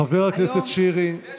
חבר הכנסת שירי, תן לה להשלים, בבקשה.